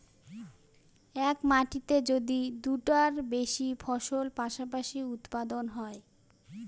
এক মাটিতে যদি দুইটার বেশি ফসল পাশাপাশি উৎপাদন হয়